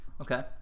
Okay